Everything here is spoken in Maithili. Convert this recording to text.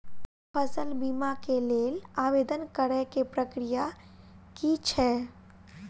फसल बीमा केँ लेल आवेदन करै केँ प्रक्रिया की छै?